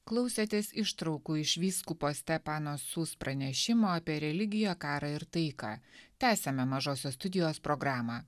klausėtės ištraukų iš vyskupo stepano sus pranešimo apie religiją karą ir taiką tęsiame mažosios studijos programą